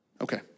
Okay